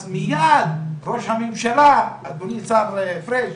אז מייד ראש הממשלה, אדוני השר פריג',